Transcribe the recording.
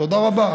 תודה רבה.